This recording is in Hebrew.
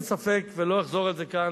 אין ספק, ולא אחזור על זה כאן,